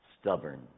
Stubborn